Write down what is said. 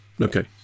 okay